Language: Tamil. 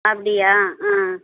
அப்படியா ஆ